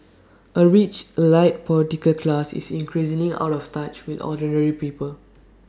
A rich elite political class is increasingly out of touch with ordinary people